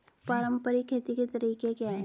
पारंपरिक खेती के तरीके क्या हैं?